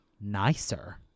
nicer